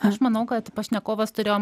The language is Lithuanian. aš manau kad pašnekovas turėjo